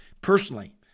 personally